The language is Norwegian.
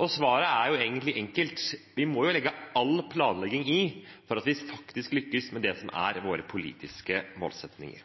Og svaret er egentlig enkelt: Vi må foreta all vår planlegging slik at vi faktisk lykkes med våre politiske målsettinger.